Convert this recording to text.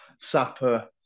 sapper